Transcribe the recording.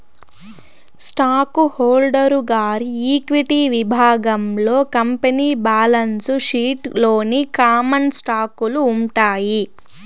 stock holder గారి equity విభాగంలో company balance sheet లోని కామన్ స్టాకులు ఉంటాయి